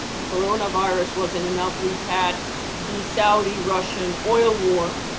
the coronavirus wasn't enough, we've had the saudi-russian oil war,